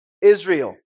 Israel